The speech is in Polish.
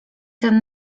ten